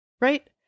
right